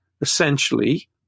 essentially